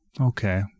Okay